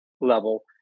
level